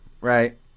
right